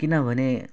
किनभने